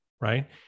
right